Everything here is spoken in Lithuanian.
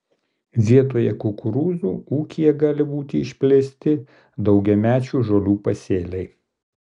vietoje kukurūzų ūkyje gali būti išplėsti daugiamečių žolių pasėliai